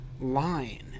line